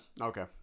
Okay